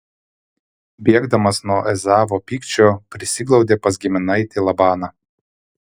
bėgdamas nuo ezavo pykčio prisiglaudė pas giminaitį labaną